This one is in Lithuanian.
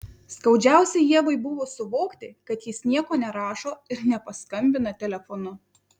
skaudžiausia ievai buvo suvokti kad jis nieko nerašo ir nepaskambina telefonu